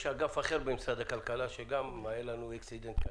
יש אגף אחר במשרד הכלכלה שגם היה לנו אינסידנט קטן,